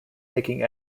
making